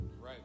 right